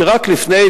שרק לפני,